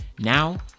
Now